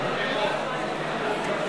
אני פה.